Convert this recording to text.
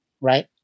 Right